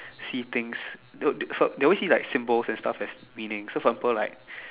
see things they so they always see symbols and stuff has meaning so for example like